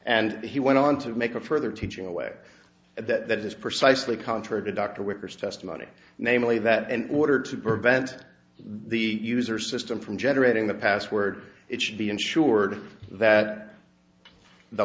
and he went on to make a further teaching away that that is precisely contrary to dr wicker's testimony namely that and order to prevent the user system from generating the password it should be ensured that the